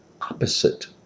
opposite